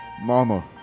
Mama